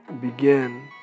begin